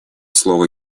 слово